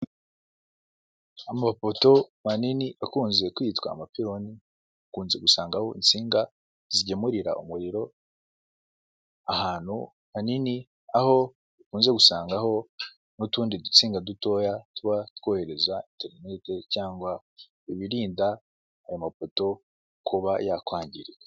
Amapoto manini akunze kwitwa amapironi ukunze gusanga aho insinga zigemurira umuriro ahantu hanini, aho ukunze gusangaho n'utundi dutsinga dutoya tuba twohereza internete cyangwa ibirinda ayo mafoto kuba yakwangirika.